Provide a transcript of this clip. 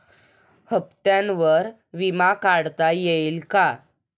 हप्त्यांवर विमा काढता येईल का?